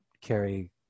carry